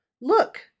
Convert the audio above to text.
Look